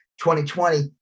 2020